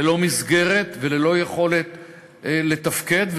ללא מסגרת וללא יכולת לתפקד.